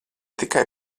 tikai